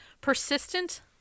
persistent